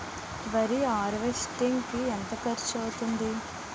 వరి హార్వెస్టింగ్ కి ఎంత ఖర్చు అవుతుంది?